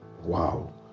Wow